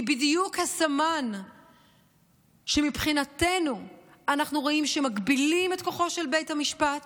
היא בדיוק הסמן שמבחינתנו אנחנו רואים שמגבילים את כוחו של בית המשפט,